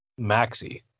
Maxi